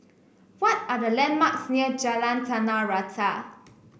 what are the landmarks near Jalan Tanah Rata